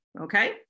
okay